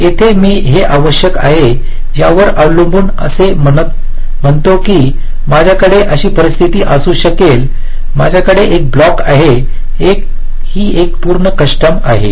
येथे मी हे आवश्यक आहे यावर अवलंबून असे म्हणतो आहे की माझ्याकडे असा परिस्थिती असू शकेल माझ्याकडे एक ब्लॉक आहे ही एक पूर्ण कस्टम आहे